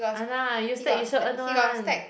!hah nah! you stack you sure earn [one]